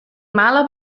mala